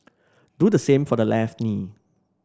do the same for the left knee